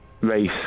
Race